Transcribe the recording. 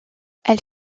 elle